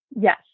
yes